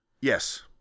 Yes